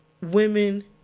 Women